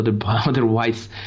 otherwise